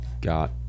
got